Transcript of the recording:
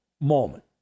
moment